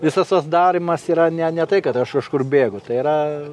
visas tas darymas yra ne ne tai kad aš kažkur bėgu tai yra